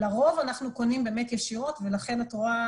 לרוב אנחנו קונים באמת ישירות ולכן את רואה